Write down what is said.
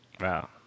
Wow